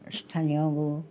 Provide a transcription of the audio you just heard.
স্থানীয় গৰুৰ